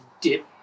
dip